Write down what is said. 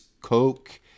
Coke